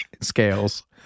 scales